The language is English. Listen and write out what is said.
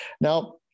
Now